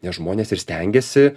nes žmonės ir stengiasi